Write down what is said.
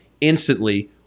instantly